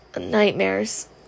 nightmares